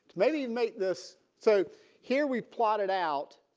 maybe make this. so here we plotted out